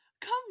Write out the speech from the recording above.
Come